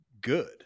good